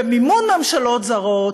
במימון ממשלות זרות,